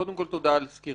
קודם כל תודה על סקירתך.